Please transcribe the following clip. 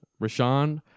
Rashawn